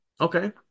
Okay